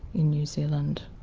in new zealand,